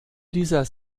dieser